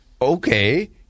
okay